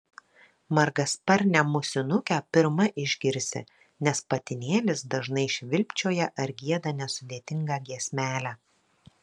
margasparnę musinukę pirma išgirsi nes patinėlis dažnai švilpčioja ar gieda nesudėtingą giesmelę